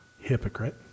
Hypocrite